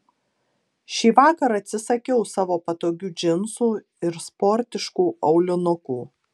šįvakar atsisakiau savo patogių džinsų ir sportiškų aulinukų